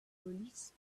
release